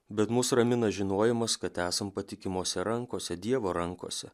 bet mus ramina žinojimas kad esam patikimose rankose dievo rankose